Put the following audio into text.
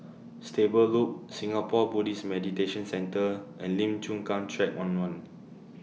Stable Loop Singapore Buddhist Meditation Centre and Lim Chu Kang Track one one